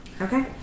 Okay